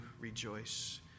rejoice